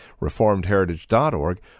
reformedheritage.org